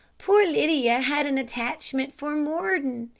poor lydia had an attachment for mordon.